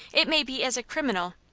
it may be as a criminal,